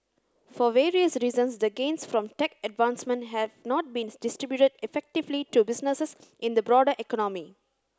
for various reasons the gains from tech advancement have not been distributed effectively to businesses in the broader economy